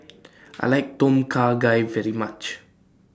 I like Tom Kha Gai very much